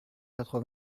quatre